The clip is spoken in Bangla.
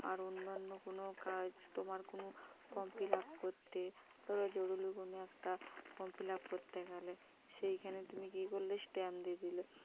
আর অন্যান্য কোনো কাজ তোমার কোনো ফর্ম ফিল আপ করতে ধরো জরুরী কোনো একটা ফর্ম ফিল আপ করতে গেলে সেইখানে তুমি কি করলে স্ট্যাম্প দিয়ে দিলে